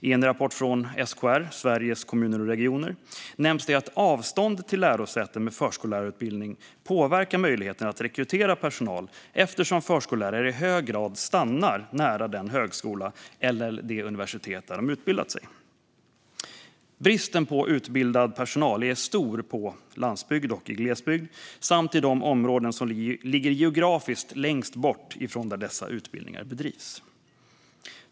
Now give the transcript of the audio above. I en rapport från SKR, Sveriges Kommuner och Regioner, nämns att avståndet till lärosäten med förskollärarutbildning påverkar möjligheten att rekrytera personal eftersom förskollärare i hög grad stannar nära den högskola eller det universitet där de har utbildat sig. Bristen på utbildad personal är stor på landsbygd och i glesbygd samt i de områden som ligger geografiskt längst bort ifrån de platser där dessa utbildningar bedrivs.